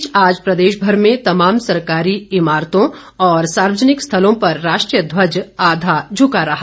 इस बीच आज प्रदेश भर में तमाम सरकारी इमारतों और सार्वजनिक स्थलों पर राष्ट्रीय ध्वज आधा झुका रहा